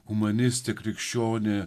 humanistė krikščionė